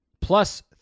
plus